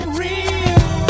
real